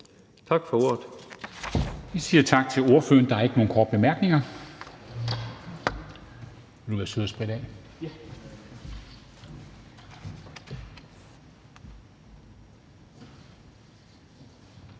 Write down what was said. Tak for ordet.